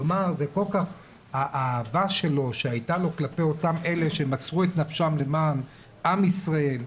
כלומר האהבה שהייתה לו כלפי אותם אלה שמסרו את נפשם למען עם ישראל,